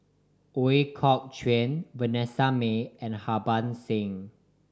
Ooi Kok Chuen Vanessa Mae and Harbans Singh